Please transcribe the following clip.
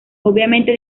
obviamente